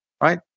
right